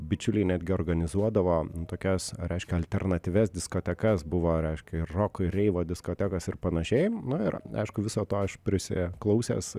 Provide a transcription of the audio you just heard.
bičiuliai netgi organizuodavo tokias reiškia alternatyvias diskotekas buvo reiškia ir roko ir reivo diskotekos ir panašiai na ir aišku viso to aš prisiklausęs